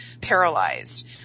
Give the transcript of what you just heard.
paralyzed